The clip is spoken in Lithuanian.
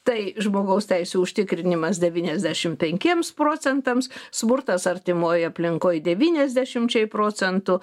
tai žmogaus teisių užtikrinimas devyniasdešim penkiems procentams smurtas artimoj aplinkoj devyniasdešimčiai procentų